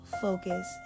focus